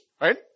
Right